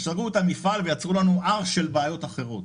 סגרו את המפעל ויצרו לנו הר של בעיות אחרות,